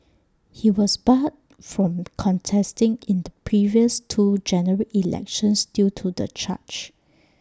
he was barred from contesting in the previous two general elections due to the charge